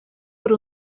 per